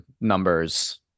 numbers